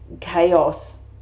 chaos